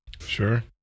sure